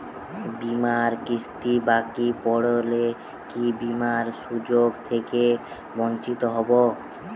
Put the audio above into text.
বিমার কিস্তি বাকি পড়লে কি বিমার সুযোগ থেকে বঞ্চিত হবো?